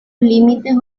límites